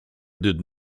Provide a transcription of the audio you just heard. did